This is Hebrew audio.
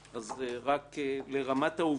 לרמת העובדות